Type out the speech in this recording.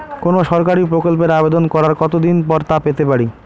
কোনো সরকারি প্রকল্পের আবেদন করার কত দিন পর তা পেতে পারি?